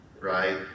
right